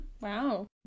Wow